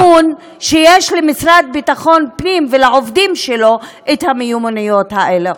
האמון שיש למשרד לביטחון פנים ולעובדים שלו את המיומנויות האלה?